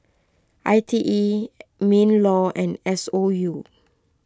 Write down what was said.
I T E MinLaw and S O U